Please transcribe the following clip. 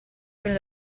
con